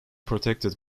protected